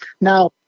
now